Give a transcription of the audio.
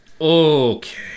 Okay